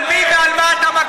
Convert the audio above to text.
על מי אתה מגן?